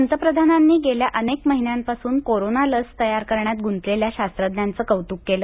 पंतप्रधानांनी गेल्या अनेक महिन्यांपासून कोरोना लस तयार करण्यात गुंतलेल्या शास्त्रज्ञांचं कौतुक केलं